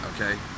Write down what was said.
okay